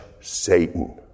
Satan